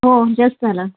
हो जस्ट झाला